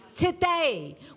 Today